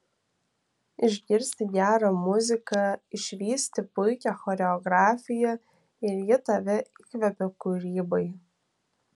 išgirsti gerą muziką išvysti puikią choreografiją ir ji tave įkvepia kūrybai